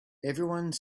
everyone